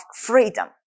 freedom